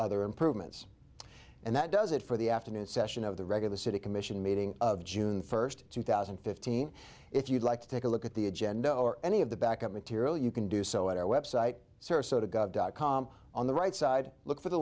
other improvements and that does it for the afternoon session of the regular city commission meeting of june first two thousand and fifteen if you'd like to take a look at the agenda or any of the back up material you can do so at our website sarasota gov dot com on the right side look for the